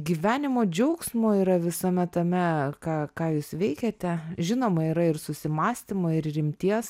gyvenimo džiaugsmo yra visame tame ką ką jūs veikėte žinoma yra ir susimąstymo ir rimties